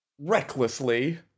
Recklessly